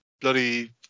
bloody